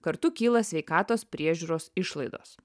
kartu kyla sveikatos priežiūros išlaidos